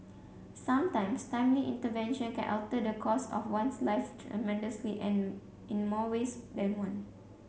sometimes timely intervention can alter the course of one's life tremendously and in more ways than one